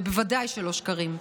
ובוודאי שלא שקרים.